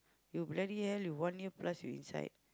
you bloody hell you one year plus you inside